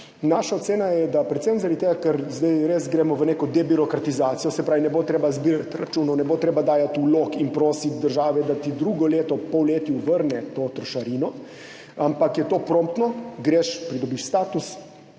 Naša ocena je, da predvsem zaradi tega, ker zdaj res gremo v neko debirokratizacijo, se pravi, ne bo treba zbirati računov, ne bo treba dajati vlog in prositi države, da ti drugo leto v polletju vrne to trošarino, ampak je to promptno, greš, pridobiš status